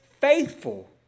faithful